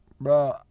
Bro